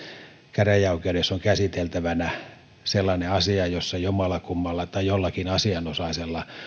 käräjäoikeudessa on käsiteltävänä sellainen asia jossa jommallakummalla tai jollakin asianosaisella